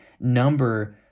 number